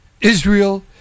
Israel